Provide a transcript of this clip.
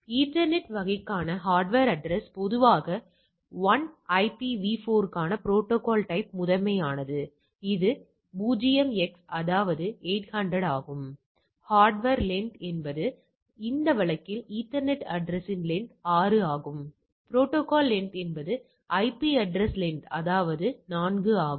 எனவே ஈத்தர்நெட் வகைக்கான hardware address பொதுவாக மதிப்பு 1 IPV4 க்கான புரோட்டோகால் டைப் முதன்மையானது இது 0x அதாவது 800 ஆகும் ஹார்ட்வர் லென்த் என்பது இந்த வழக்கில் ஈத்தர்நெட் அட்ரஸ்யின் லென்த் 6 ஆகும் புரோட்டோகால் லென்த் என்பது ஐபி அட்ரஸ் லென்த் அதாவது 4 ஆகும்